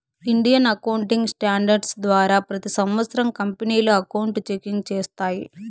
Indian accounting standards ద్వారా ప్రతి సంవత్సరం కంపెనీలు అకౌంట్ చెకింగ్ చేస్తాయి